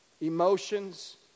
emotions